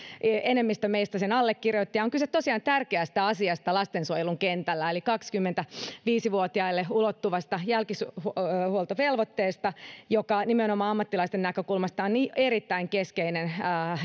enemmistö meistä sen allekirjoitti ja on tosiaan kyse tärkeästä asiasta lastensuojelun kentällä eli kaksikymmentäviisi vuotiaille ulottuvasta jälkihuoltovelvoitteesta joka nimenomaan ammattilaisten näkökulmasta on erittäin keskeinen